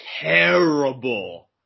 terrible